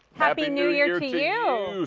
happy new year to you.